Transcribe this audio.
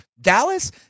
Dallas